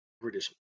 British